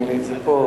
אין לי את זה פה.